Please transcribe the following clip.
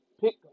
pick